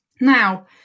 Now